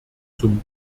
zum